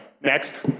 Next